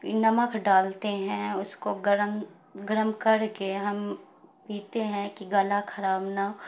نمک ڈالتے ہیں اس کو گرم گرم کر کے ہم پیتے ہیں کہ گلا خراب نہ